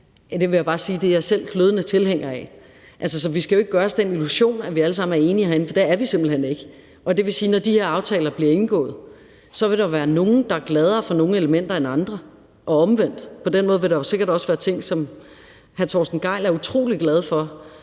Det vil jeg bare sige at jeg selv er glødende tilhænger af. Så vi skal ikke gøre os den illusion, at vi alle sammen er enige herinde, for det er vi simpelt hen ikke. Og det vil sige, at når de her aftaler bliver indgået, vil der være nogle, der er mere glade for nogle elementer end andre, og omvendt. På den måde vil der jo sikkert også være ting, som hr. Torsten Gejl er utrolig glad for,